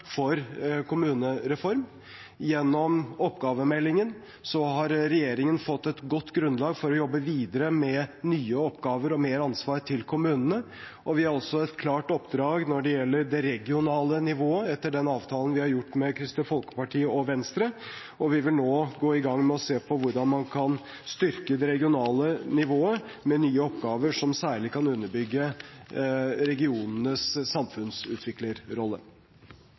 for kommunereform. Gjennom oppgavemeldingen har regjeringen fått et godt grunnlag for å jobbe videre med nye oppgaver og mer ansvar til kommunene. Vi har også et klart oppdrag når det gjelder det regionale nivået, etter den avtalen vi har gjort med Kristelig Folkeparti og Venstre, og vi vil nå gå i gang med å se på hvordan man kan styrke det regionale nivået med nye oppgaver som særlig kan underbygge regionenes samfunnsutviklerrolle.